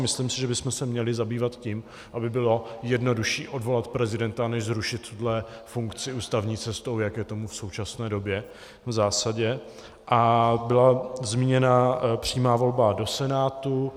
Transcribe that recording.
Myslím si, že bychom se měli zabývat tím, aby bylo jednodušší odvolat prezidenta než zrušit tuto funkci ústavní cestou, jak je tomu v současné době v zásadě, a byla zmíněna přímá volba do Senátu.